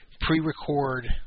pre-record